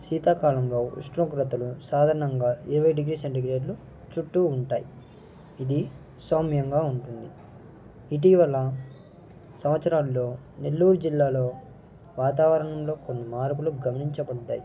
శీతాకాలంలో ఉష్ణోగ్రతలు సాధారణంగా ఇరవై డిగ్రీ సెంటిగ్రేడ్లు చుట్టు ఉంటాయి ఇది సౌమ్యంగా ఉంటుంది ఇటీవల సంవత్సరాలలో నెల్లూరు జిల్లాలో వాతావరణంలో కొన్ని మార్పులు గమనించబడినాయి